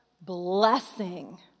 blessing